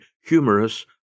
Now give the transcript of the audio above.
humorous